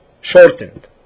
shortened